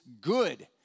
good